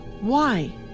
Why